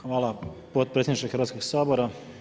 Hvala potpredsjedniče Hrvatskog sabora.